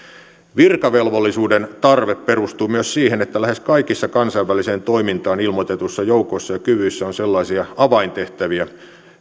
virkavelvollisuuden tarve perustuu myös siihen että lähes kaikissa kansainväliseen toimintaan ilmoitetuissa joukoissa ja kyvyissä on sellaisia avaintehtäviä